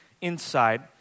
inside